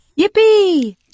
Yippee